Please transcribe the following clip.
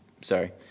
sorry